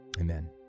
amen